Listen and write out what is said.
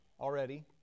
already